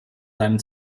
seinem